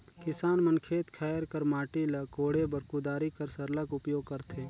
किसान मन खेत खाएर कर माटी ल कोड़े बर कुदारी कर सरलग उपियोग करथे